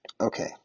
Okay